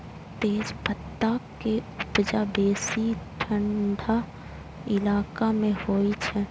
तेजपत्ता के उपजा बेसी ठंढा इलाका मे होइ छै